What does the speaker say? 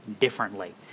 differently